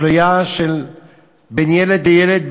אפליה בין ילד וילד,